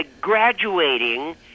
graduating